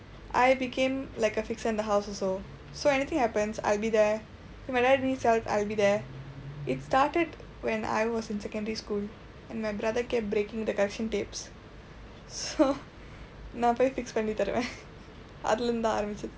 I became like a fixer in the house so when anything happens I'll be there when my dad needs help I'll be there it started when I was in secondary school and my brother kept breaking the correction tapes so நான் போய்:naan poi fix பண்ணி தருவேன் அதுல இருந்து தான் ஆரம்பிச்சது:panni tharuveen athula irundthu thaan aarampichsathu